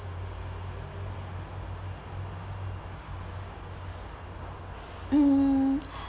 mm